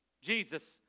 Jesus